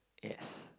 yes